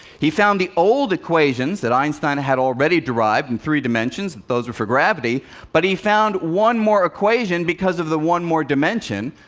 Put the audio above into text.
he found the old equations that einstein had already derived in three dimensions those were for gravity but he found one more equation because of the one more dimension.